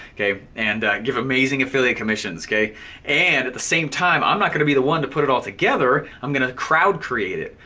give and give amazing affiliate commissions, and at the same time, i'm not gonna be the one to put it all together, i'm gonna crowd create it.